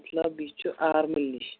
مطلب یہِ چھُ آرمُل نِش